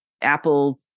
Apple